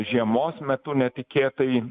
žiemos metu netikėtai